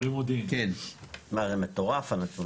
מה, זה מטורף הנתון הזה.